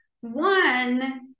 One